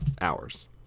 hours